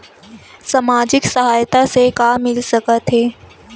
सामाजिक सहायता से का मिल सकत हे?